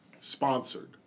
sponsored